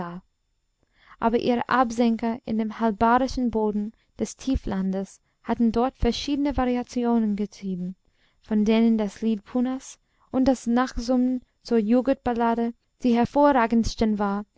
aber ihre absenker in dem halbarischen boden des tieflandes hatten dort verschiedene variationen getrieben von denen das lied punnas und das nachsummen zur juggurt ballade die hervorragendsten waren